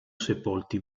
sepolti